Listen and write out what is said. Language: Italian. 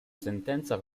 sentenza